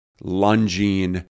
lunging